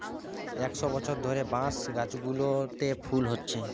একশ বছর ধরে বাঁশ গাছগুলোতে ফুল হচ্ছে